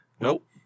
Nope